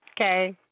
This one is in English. Okay